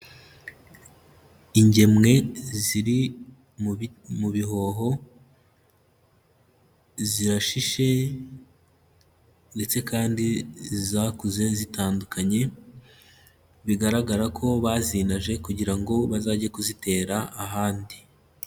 Ingemwe ziri mu bihoho zirashishe ndetse kandi zakuze zitandukanye bigaragara ko bazinaje kugira ngo bazajye kuzitera ahandi.